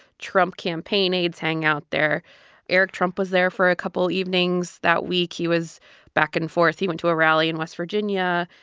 trump campaign aides hang out there eric trump was there for a couple evenings that week. he was back and forth. he went to a rally in west virginia,